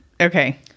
Okay